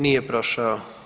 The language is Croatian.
Nije prošao.